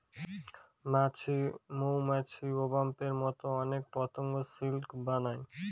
মাছি, মৌমাছি, ওবাস্পের মতো অনেক পতঙ্গ সিল্ক বানায়